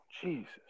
Jesus